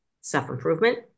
self-improvement